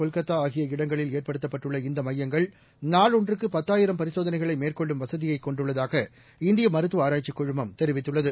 கொல்கத்தாஆகிய இடங்களில் ஏற்படுத்தப்பட்டுள்ள நொய்டா மும்பை இந்தமையங்கள் நாளொன்றுக்குபத்தாயிரம் பரிசோதனைகளைமேற்கொள்ளும் வசதியைகொண்டுள்ளதாக இந்தியமருத்துவஆராய்ச்சிக் குழுமம் தெரிவித்துள்ளது